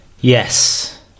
yes